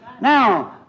Now